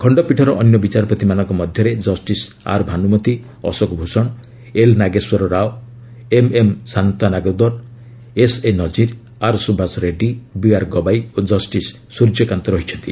ଖଣ୍ଡପୀଠର ଅନ୍ୟ ବିଚାରପତିମାନଙ୍କ ମଧ୍ୟରେ justice R ଭାନ୍ଦ୍ରମତୀ Ashok Bhushan L Nageswara Rao M M Shantanagoudar S A Nazeer R Subhash Reddy B R Gavai O justice Suryakant ରହିଛନ୍ତି